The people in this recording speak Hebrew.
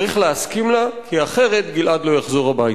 צריך להסכים לה, כי אחרת גלעד לא יחזור הביתה.